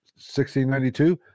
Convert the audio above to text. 1692